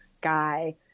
guy